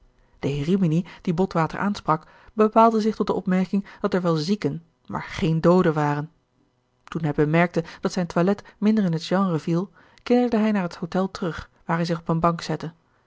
de heer rimini dien botwater aansprak bepaalde zich tot de opmerking dat er wel zieken maar geen dooden waren toen hij bemerkte dat zijn toilet minder in het genre viel keerde hij naar het hotel terug waar hij zich op een bank zette